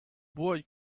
boy